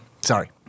Sorry